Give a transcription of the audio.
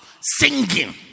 Singing